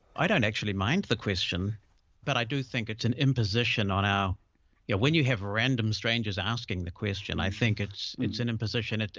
i don't actually mind the question but i do think it's an imposition on our yeah when you have random strangers asking the question i think it's it's an imposition,